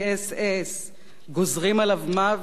גוזרים עליו מוות, "פולסא דנורא".